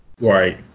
Right